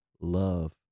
love